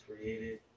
created